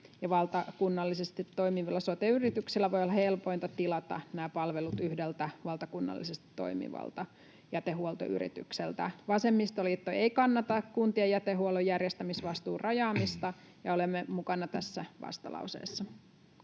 Valtakunnallisesti toimiville sote-yrityksille voi olla helpointa tilata nämä palvelut yhdeltä valtakunnallisesti toimivalta jätehuoltoyritykseltä. Vasemmistoliitto ei kannata kuntien jätehuollon järjestämisvastuun rajaamista, ja olemme mukana tässä vastalauseessa.